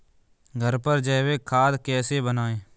घर पर जैविक खाद कैसे बनाएँ?